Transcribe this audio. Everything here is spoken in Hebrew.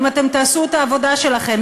אם אתם תעשו את העבודה שלכם,